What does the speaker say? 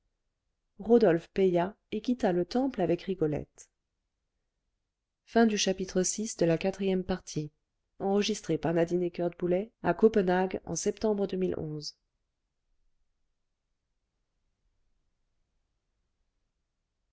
rodolphe paya et quitta le temple avec rigolette